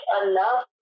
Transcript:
enough